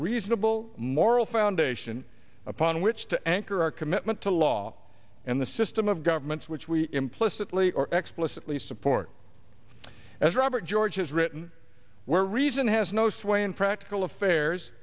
reasonable moral foundation upon which to anchor our commitment to law and the system of governments which we implicitly or explicitly support as robert george has written where reason has no sway in practical affairs